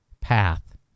path